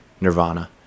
nirvana